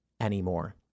anymore